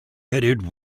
headed